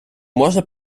можна